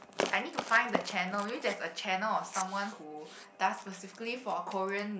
I need to find the channel maybe there's a channel of someone who does specifically for Korean